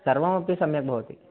सर्वमपि सम्यग्भवति